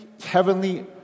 heavenly